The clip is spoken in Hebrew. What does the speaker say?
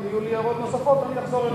ואם יהיו לי הערות נוספות אני אחזור אליך.